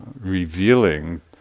revealing